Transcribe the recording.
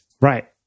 Right